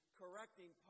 correcting